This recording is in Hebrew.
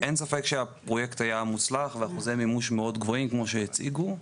ספק שהפרויקט היה מוצלח ואחוזי מימוש מאוד גבוהים כמו שהציגו.